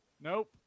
Nope